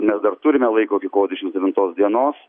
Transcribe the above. mes dar turime laiko iki kovo dvidešims devintos dienos